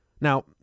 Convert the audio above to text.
Now